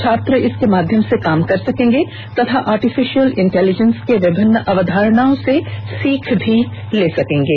छात्र इसके माध्यम से काम कर सकेंगे तथा आर्टिफिशियल इंटेलिजेंस के विभिन्न अवधरणाओं से सीख भी ले सकेंगे